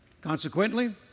consequently